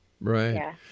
Right